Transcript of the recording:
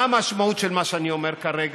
מה המשמעות של מה שאני אומר כרגע?